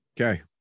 okay